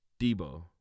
Debo